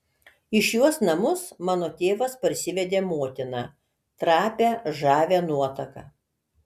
į šiuos namus mano tėvas parsivedė motiną trapią žavią nuotaką